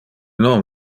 non